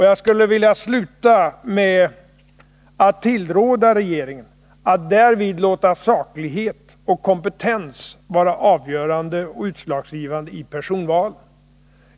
Jag skulle vilja sluta med att tillråda regeringen att därvid låta saklighet och kompetens vara avgörande och utslagsgivande i personvalen.